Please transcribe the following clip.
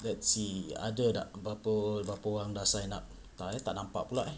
let's see ada tak berapa berapa orang dah sign up tak ni tak nampak pula eh